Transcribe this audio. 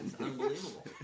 unbelievable